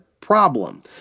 problem